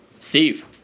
Steve